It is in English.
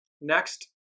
Next